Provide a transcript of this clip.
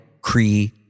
Cree